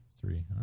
Three